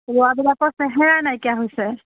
ৰুৱাবিলাকৰ চেহেৰাই নাইকিয়া হৈছে